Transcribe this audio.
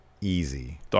Easy